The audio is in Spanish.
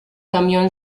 camión